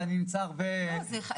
אבל אני נמצא הרבה בשטח.